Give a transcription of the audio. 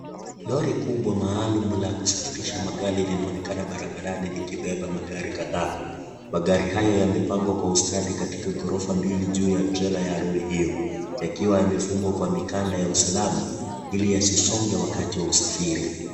Lori kubwa maalum la kusafirisha magari linaonekana barabarani likibeba magari kadhaa. Magari hayo yamepangwa kwa ustadi katika ghorofa mbili juu ya trela ya Lori hiyo. Yakiwa yamefungwa kwa mikanda ya usalama ili yasisonge wakati wa usafiri.